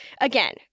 again